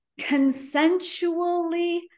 consensually